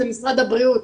זה משרד הבריאות.